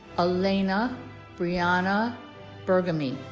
alayna briana burgamy